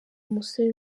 umusore